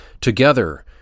together